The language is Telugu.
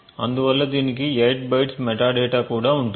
అందువల్ల దీనికి 8 బైట్స్ మెటాడేటా కూడా ఉంటుంది